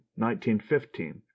1915